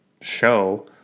show